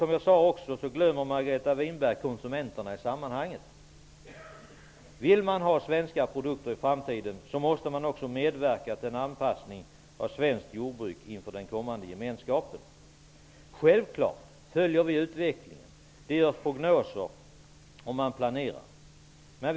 Margareta Winberg glömmer konsumenterna i sammanhanget. Vill man ha svenska produkter i framtiden måste man också medverka till en anpassning av svenskt jordbruk inför den kommande gemenskapen. Självfallet följer vi utvecklingen. Det görs prognoser och man planerar.